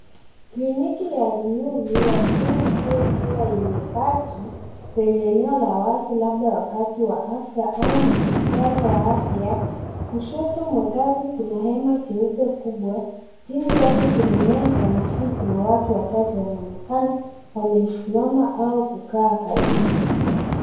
Kliniki ya rununu ya Beyond Zero ikiwa imepaki kwenye eneo la wazi, labda wakati wa afya au mkutano wa afya. Kushoto mwa gari kuna hema jeupe kubwa, chini yake kuna meza na viti na watu wachache wanaonekana wamesimama au kukaa karibu.